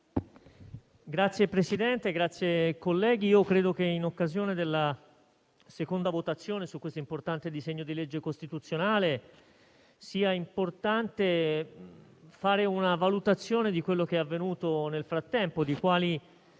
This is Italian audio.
Signor Presidente, colleghi, credo che in occasione della seconda votazione su questo importante disegno di legge costituzionale sia essenziale fare una valutazione di quanto è avvenuto nel frattempo, delle